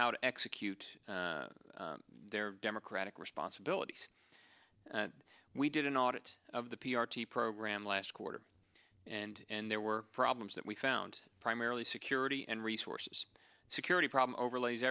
how to execute their democratic responsibilities and we did an audit of the p r t program last quarter and there were problems that we found primarily security and resources security problem overlays